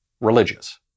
religious